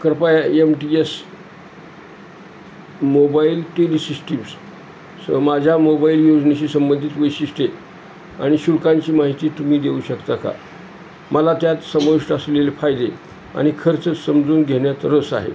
कृपया M T S mobile tele systems सह माझ्या मोबाईल योजनेशी संबंधित वैशिष्ट्ये आणि शुल्कांची माहिती तुम्ही देऊ शकता का मला त्यात समा विष्ट असलेले फायदे आणि खर्च समजून घेण्यात रस आहे